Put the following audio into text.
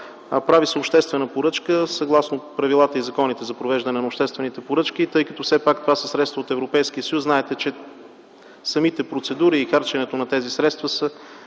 прави се обществена поръчка, съгласно правилата и законите за провеждане на обществените поръчки. Тъй като все пак това са средства от Европейския съюз, знаете, че самите процедури и харченето на тези средства са